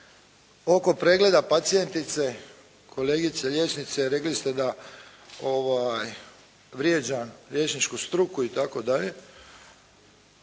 oko pregleda pacijentice kolegice liječnice rekli ste da vrijeđa liječničku struku itd.